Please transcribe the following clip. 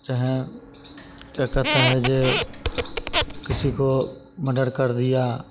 चाहें क्या कहता है यह किसी का मडर कर दिया